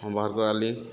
ହଁ ବାହାର୍ କରାଲି